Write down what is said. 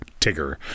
tigger